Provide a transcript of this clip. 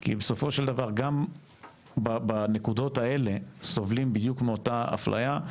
כי בסופו של דבר גם בנקודות האלה סובלים בדיוק מאותה הפליה,